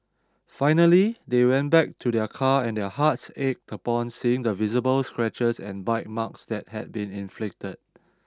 finally they went back to their car and their hearts ached upon seeing the visible scratches and bite marks that had been inflicted